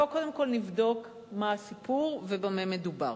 בואו קודם כול נבדוק מה הסיפור ובמה מדובר.